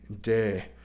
day